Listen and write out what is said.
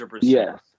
Yes